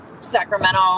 Sacramento